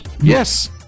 Yes